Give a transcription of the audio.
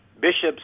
bishops